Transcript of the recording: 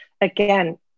again